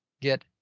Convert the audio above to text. get